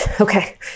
okay